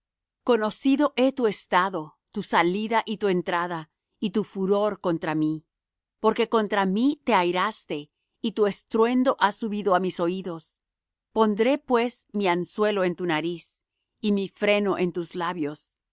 conocido he tu estado tu salida y tu entrada y tu furor contra mí porque contra mí te airaste y tu estruendo ha subido á mis oídos pondré pues mi anzuelo en tu nariz y mi freno en tus labios